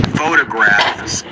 photographs